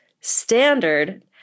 standard